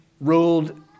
ruled